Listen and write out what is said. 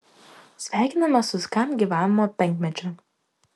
sveikiname su skamp gyvavimo penkmečiu